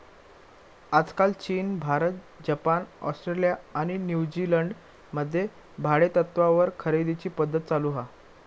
आजकाल चीन, Bharat, Japan, Australia आणि न्यूजीलंड मध्ये भाडेतत्त्वावर खरेदीची पध्दत चालु हा